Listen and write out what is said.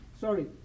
sorry